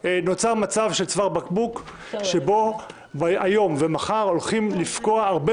נוצר מצב של צוואר בקבוק שבו היום ומחר הולכים לפקוע הרבה